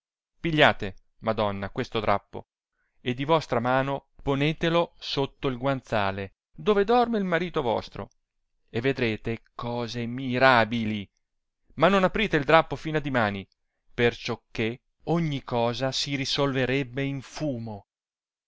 pigliate madonna questo drappo e di vostra mano ponetelo sotto il guanciale dove dorme il marito vostro e vedrete cose mirabili ma non aprite il drappo fino a dimane per ciò che ogni cosa si risolverebbe in fumo